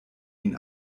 ihn